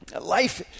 Life